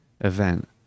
event